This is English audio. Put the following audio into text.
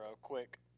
quick